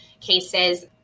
cases